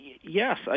yes